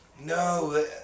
No